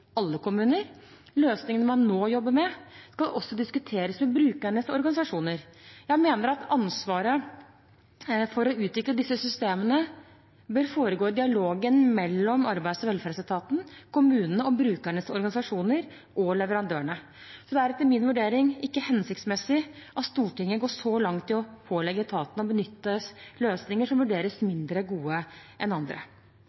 alle kommuner. Løsningene man nå jobber med, skal også diskuteres med brukernes organisasjoner. Jeg mener at ansvaret for å utvikle disse systemene bør foregå i dialogen mellom Arbeids- og velferdsetaten, kommunene, brukernes organisasjoner og leverandørene. Det er etter min vurdering ikke hensiktsmessig at Stortinget går så langt i å pålegge etaten å benytte løsninger som vurderes